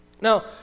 now